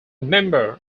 member